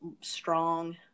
strong